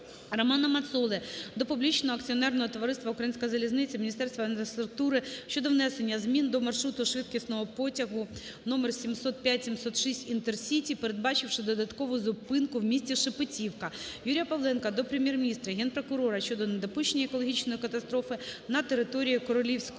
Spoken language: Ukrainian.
Романа Мацоли до Публічного акціонерного товариства "Українська залізниця", Міністерства інфраструктури щодо внесення змін до маршруту швидкісного поїзду № 705/706 (ІНТЕРСІТІ +) передбачивши додаткову зупинку в місті Шепетівка. Юрія Павленка до Прем'єр-міністра, Генпрокурора щодо недопущення екологічної катастрофи на території Корольовського